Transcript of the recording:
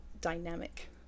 dynamic